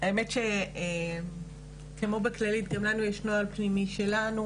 האמת שכמו בכללית, גם לנו יש נוהל פנימי שלנו.